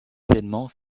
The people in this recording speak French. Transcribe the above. événement